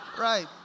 Right